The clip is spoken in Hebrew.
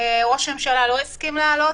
ראש הממשלה לא הסכים להעלות.